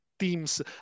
teams